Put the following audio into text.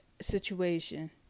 situation